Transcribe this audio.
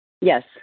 yes